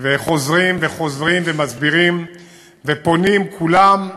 חוזרים וחוזרים ומסבירים ופונים, כולם,